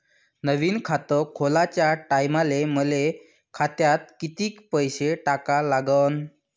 नवीन खात खोलाच्या टायमाले मले खात्यात कितीक पैसे टाका लागन?